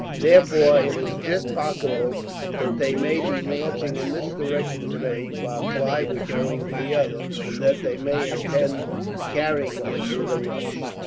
therefore, it is just possible that they may be marching in this direction today, while clive is going in the other, and that they may intend carrying it with a rush.